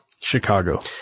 Chicago